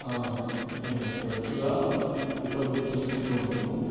నేను తరచుగా Uber book చేసుకుంటూ ఉంటాను